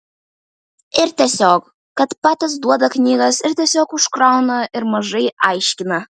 ir tiesiog kad patys duoda knygas ir tiesiog užkrauna ir mažai aiškina